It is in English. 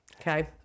okay